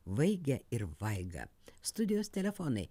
vaigę ir vaigą studijos telefonai